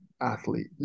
athlete